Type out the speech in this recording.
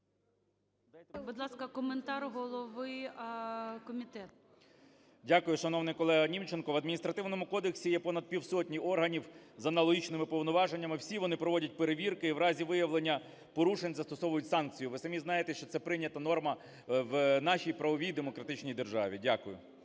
Дякую, шановний колего Німченко. В адміністративному кодексі є понад півсотні органів з аналогічними повноваженнями, всі вони проводять перевірки і в разі виявлення порушень застосовують санкції. Ви самі знаєте, що це прийнята норма в нашій правовій демократичній державі. Дякую.